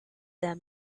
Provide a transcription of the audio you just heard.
them